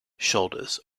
shoulders